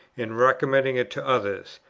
in recommending it to others.